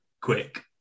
quick